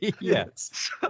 yes